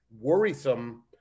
worrisome